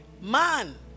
Man